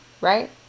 right